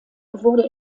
wurde